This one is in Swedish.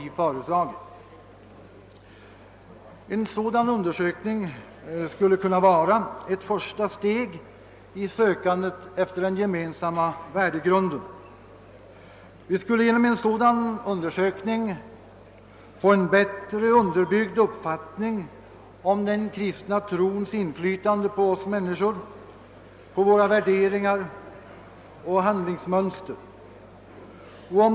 En sådan undersökning skulle kunna vara ett första steg i sökandet efter den gemensamma värdegrunden. Vi skulle genom en sådan undersökning få en bättre underbyggd uppfattning om den kristna trons inflytande på oss människor, på våra värderingar och handlingsmönster.